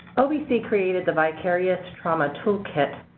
ovc created the vicarious trauma toolkit.